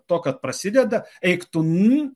to kad prasideda eik tu n